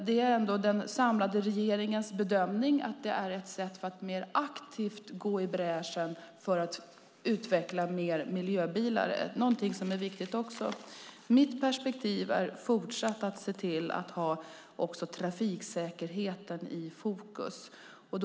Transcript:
Det är ändå den samlade regeringens bedömning att det är ett sätt att mer aktivt gå i bräschen för att utveckla fler miljöbilar, någonting som också är viktigt. Mitt perspektiv är att trafiksäkerheten ska vara i fokus även i fortsättningen.